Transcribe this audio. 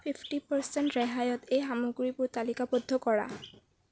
fifty percent ৰেহাইত এই সামগ্ৰীবোৰ তালিকাবদ্ধ কৰা